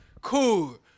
Cool